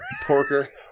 Porker